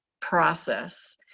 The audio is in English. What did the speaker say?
process